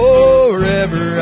Forever